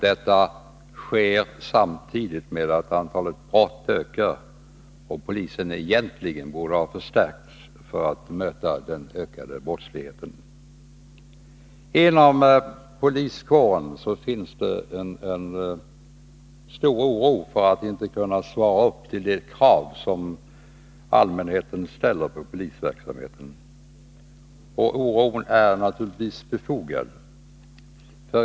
Detta sker samtidigt med att antalet brott ökar och polisen egentligen borde ha förstärkts för att kunna möta den ökade brottsligheten. Inom poliskåren finns en stor oro för att man inte skall kunna uppfylla de krav som allmänheten ställer på polisverksamheten. Oron är naturligtvis befogad.